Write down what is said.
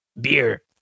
beer